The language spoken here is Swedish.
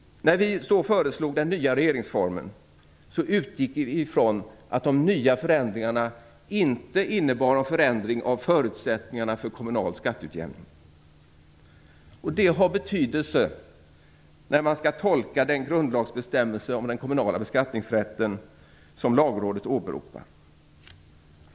När vi så föreslog den nya regeringsformen utgick vi ifrån att de nya formuleringarna inte innebar någon förändring av förutsättningarna för kommunal skatteutjämning. Detta har betydelse när man skall tolka den grundlagsbestämmelse om den kommunala beskattningsrätten som Lagrådet åberopar.